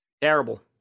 Terrible